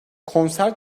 konser